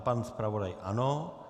Pan zpravodaj ano.